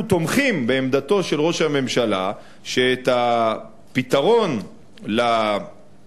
אנחנו תומכים בעמדתו של ראש הממשלה שאת הפתרון לקונפליקט